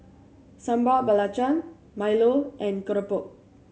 Sambal Belacan milo and keropok